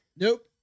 Nope